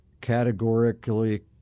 categorically